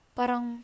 parang